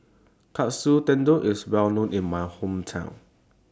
Katsu Tendon IS Well known in My Hometown